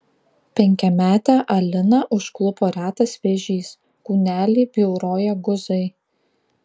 penkiametę aliną užklupo retas vėžys kūnelį bjauroja guzai